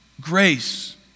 grace